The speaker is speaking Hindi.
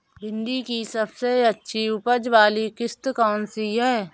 भिंडी की सबसे अच्छी उपज वाली किश्त कौन सी है?